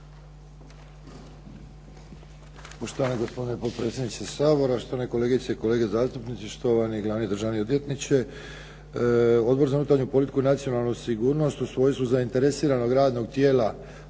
Poštovanje gospodine potpredsjedniče Sabora, štovane kolegice i kolege zastupnici, štovani glavni državni odvjetniče. Odbor za unutarnju politiku i nacionalnu sigurnost u svojstvu zainteresiranog radnog tijela